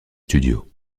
studios